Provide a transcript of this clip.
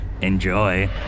Enjoy